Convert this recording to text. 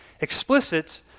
Explicit